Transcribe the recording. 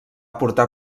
portar